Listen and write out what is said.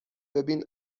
ببین